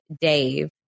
Dave